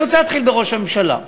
אני רוצה להתחיל בראש הממשלה.